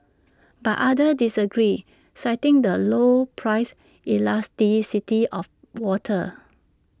but others disagree citing the low price elasticity of water